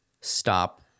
stop